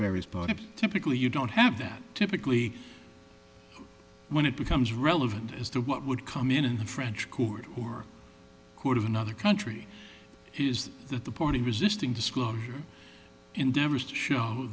parties typically you don't have that typically when it becomes relevant as to what would come in and the french court or court of another country is that the point of resisting disclosure endeavors to show